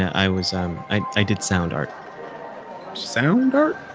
i was um i i did sound art sound art?